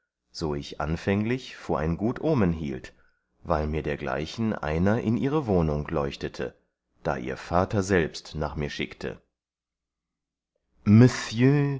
so ich anfänglich vor ein gut omen hielt weil mir dergleichen einer in ihre wohnung leuchtete da ihr vatter selbst nach mir schickte